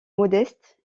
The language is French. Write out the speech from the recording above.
modeste